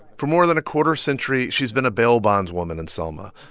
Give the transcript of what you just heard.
for more than a quarter century, she's been a bail-bondswoman in selma,